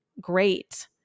great